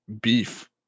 beef